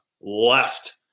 left